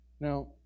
Now